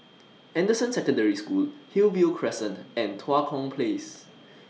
Anderson Secondary School Hillview Crescent and Tua Kong Place